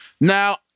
Now